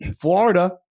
Florida